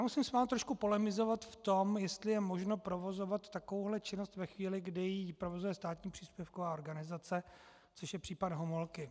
Musím s vámi trošku polemizovat v tom, jestli je možno provozovat takovouhle činnost ve chvíli, kdy ji provozuje státní příspěvková organizace, což je případ Homolky.